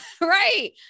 right